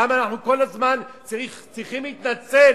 למה אנחנו כל הזמן צריכים להתנצל